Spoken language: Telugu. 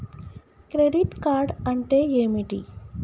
క్రెడిట్ కార్డ్ అంటే ఏమిటి?